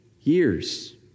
years